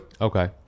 Okay